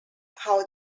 how